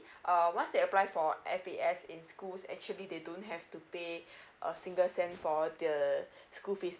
uh once they apply for F_P_S in schools actually they don't have to pay a single cent for the school fees